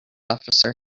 officer